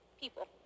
People